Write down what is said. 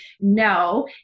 no